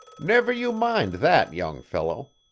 never you mind that, young fellow.